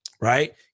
right